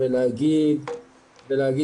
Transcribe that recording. ולהתחיל